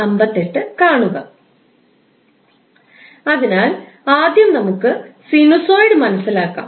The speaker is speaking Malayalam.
അതിനാൽ ആദ്യം നമുക്ക് സിനുസോയിഡ് മനസ്സിലാക്കാം